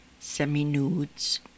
semi-nudes